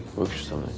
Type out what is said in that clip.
looks so